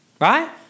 right